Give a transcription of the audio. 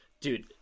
dude